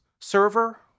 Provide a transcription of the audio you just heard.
server